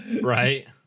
Right